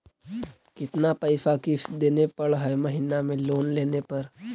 कितना पैसा किस्त देने पड़ है महीना में लोन लेने पर?